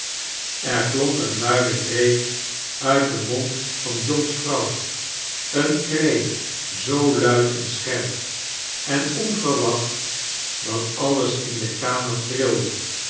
er klonk een luide kreet uit den mond van john's vrouw een kreet zoo luid en seherp en onverwaoht dat alles in de kamer